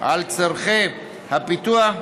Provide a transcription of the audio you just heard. את הפיתוח,